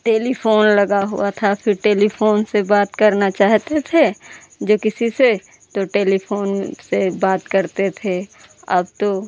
telephone लगा हुआ था फिर टेलीफोन से बात करना चाहते थे जब किसी से तो टेलीफोन से बात करते थे अब तो